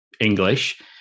English